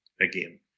again